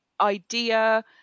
idea